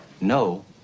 no